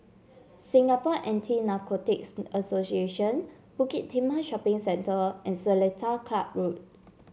Singapore Anti Narcotics Association Bukit Timah Shopping Centre and Seletar Club Road